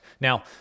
Now